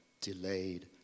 delayed